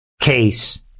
case